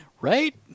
Right